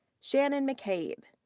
shannon mccabe.